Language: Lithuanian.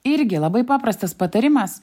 irgi labai paprastas patarimas